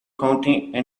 county